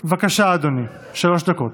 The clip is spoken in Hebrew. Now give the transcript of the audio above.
בבקשה, אדוני, שלוש דקות.